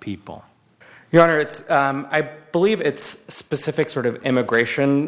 people your honor that i believe it's specific sort of immigration